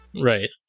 right